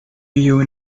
you